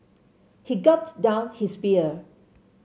he gulped down his beer